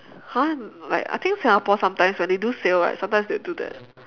!huh! like I think singapore sometimes when they do sale right sometimes they will do that